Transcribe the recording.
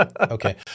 okay